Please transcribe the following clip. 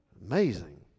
amazing